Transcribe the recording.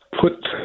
put